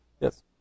Yes